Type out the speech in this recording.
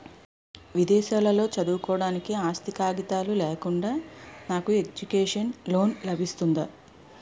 విదేశాలలో చదువుకోవడానికి ఆస్తి కాగితాలు లేకుండా నాకు ఎడ్యుకేషన్ లోన్ లబిస్తుందా?